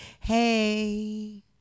hey